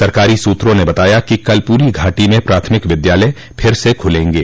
सरकारी सूत्रों ने बताया कि कल पूरी घाटी में प्राथमिक विद्यालय फिर से खुलेंगे